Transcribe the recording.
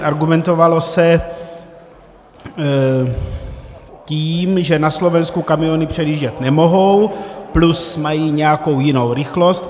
Argumentovalo se tím, že na Slovensku kamiony předjíždět nemohou, plus mají nějakou jinou rychlost.